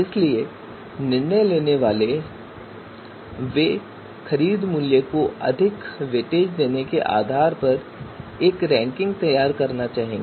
इसलिए निर्णय लेने वाले वे खरीद मूल्य को अधिक वेटेज देने के आधार पर एक रैंकिंग तैयार करना चाहते हैं